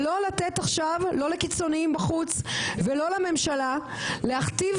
ולא לתת עכשיו לא לקיצוניים בחוץ ולא לממשלה להכתיב